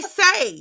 say